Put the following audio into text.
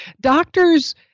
Doctors